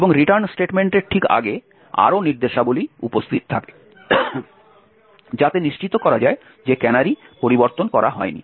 এবং রিটার্ন স্টেটমেন্টের ঠিক আগে আরও নির্দেশাবলী উপস্থিত থাকে যাতে নিশ্চিত করা যায় যে ক্যানারি পরিবর্তন করা হয়নি